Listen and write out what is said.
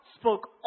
spoke